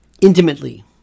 intimately